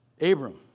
Abram